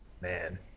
man